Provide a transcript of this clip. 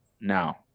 now